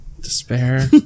despair